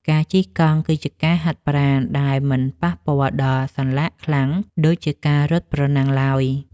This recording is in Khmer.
ការជិះកង់ គឺជាការហាត់ប្រាណដែលមិនប៉ះពាល់ដល់សន្លាក់ខ្លាំង ដូចជាការរត់ប្រណាំងឡើយ។